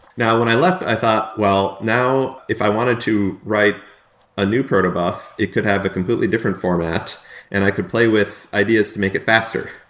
now when i left i thought, well, now if i wanted to write a new proto buff, it could have a completely different format and i could play with ideas to make it faster.